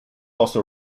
also